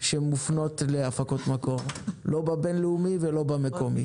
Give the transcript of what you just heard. שמופנות להפקות מקור, לא בבין-לאומי ולא במקומי.